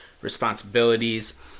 responsibilities